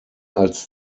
als